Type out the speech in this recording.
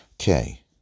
Okay